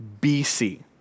BC